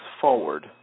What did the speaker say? forward